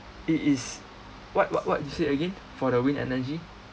it is what what what you say again for the wind energy